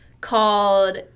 called